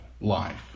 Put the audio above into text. life